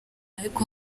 ariko